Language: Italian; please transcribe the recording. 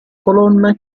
colonna